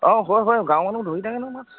অঁ হয় হয় গাঁৱৰ মানুহ ধৰি থাকে ন মাছ